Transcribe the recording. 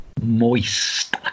Moist